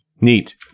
neat